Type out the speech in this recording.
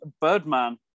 Birdman